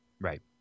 Right